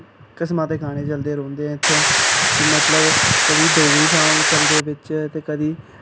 किस्मां दे गाने चलदे रौंह्दे ऐं इत्थै मतलब कदें डोगरी सांच चलदे बिच्च ते कदें